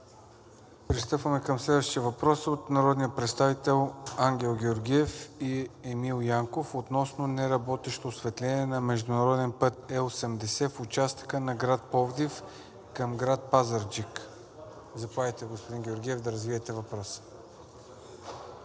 Пристъпваме към следващия въпрос от народните представители Ангел Георгиев и Емил Янков относно неработещо осветление на международен път Е-80 в участъка на град Пловдив към град Пазарджик. Заповядайте, господин Георгиев, да развиете въпроса.